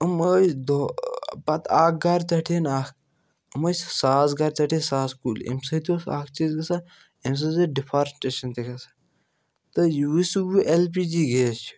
یِم ٲسۍ دۄہ پَتہٕ اَکھ گَرٕ ژَٹہِ ہین اَکھ یِم ٲسۍ ساس گَرِ ژَٹِہِ ہَے ساس کُلۍ اَمہِ سۭتۍ اوس اَکھ چیٖز گژھان اَمہِ سۭتۍ ٲسۍ ڈِفارٹیشَن تہِ گژھان تہٕ یُس وۅنۍ ایٚل پی جی گیس چھُ